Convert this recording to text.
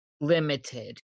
limited